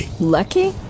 Lucky